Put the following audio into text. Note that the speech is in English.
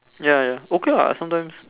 ya ya okay what sometimes